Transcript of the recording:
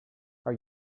are